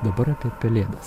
dabar apie pelėdas